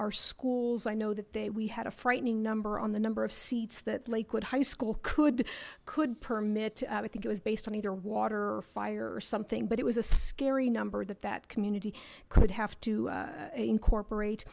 our schools i know that they we had a frightening number on the number of seats that lakewood high school could could permit i think it was based on either water or fire or something but it was a scary number that that community could have to incorporate